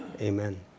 Amen